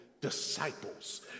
disciples